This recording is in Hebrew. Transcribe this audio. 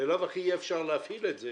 בלאו הכי אי-אפשר יהיה להפעיל את זה